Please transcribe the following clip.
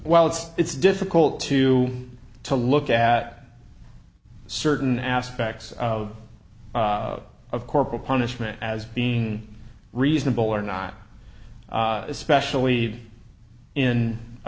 well it's it's difficult to to look at certain aspects of of corporal punishment as being reasonable or not especially in a